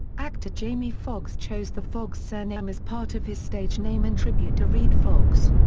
actor jamie foxx chose the foxx surname as part of his stage name in tribute to redd foxx.